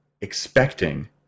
expecting